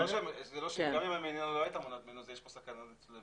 גם אם המדינה לא הייתה מונעת ממנו, יש כאן סכנה.